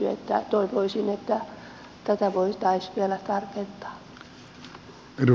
toivoisin että tätä voitaisiin vielä tarkentaa